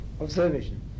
observation